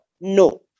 no